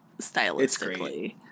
stylistically